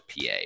PA